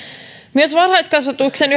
myös varhaiskasvatuksen